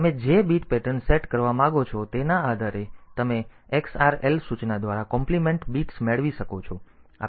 તેથી તમે જે બીટ પેટર્ન સેટ કરવા માંગો છો તેના આધારે તમે xrl સૂચના દ્વારા કોમ્પ્લીમેન્ટ બિટ્સ મેળવી શકો છો